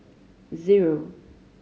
zero